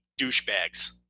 douchebags